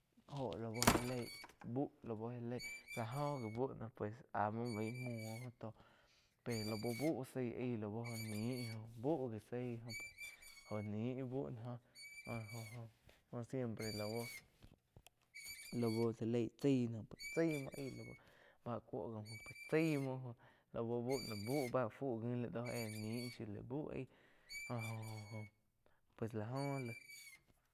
Óho lau já leí buh lau já lei lá jo gi búh no pues áh muo báih muo oh oh tó pe lau búh zái aí lau óh ni buh gi zái óh ni íh búh do jóh-jóh siempre lau-lau já leig chái noh chái múo aig laú bá cúo có mu chai muo laú bú no buh báh fú ngi laig doh éh nih baí buh aig óh-óh pues lá jo laig.